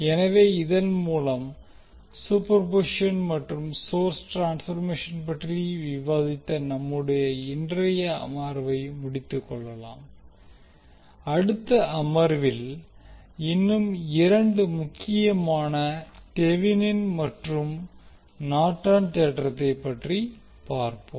எனவே இதன் மூலம் சூப்பர்பொசிஷன் மற்றும் சோர்ஸ் ட்ரான்ஸ்பர்மேஷன் பற்றி விவாதித்த நம்முடைய இன்றைய அமர்வை முடித்துக்கொள்ளலாம் அடுத்த அமர்வில் இன்னும் இரண்டு முக்கியமான தெவினின் மற்றும் நார்டன் தேற்றத்தை பற்றி பாப்போம்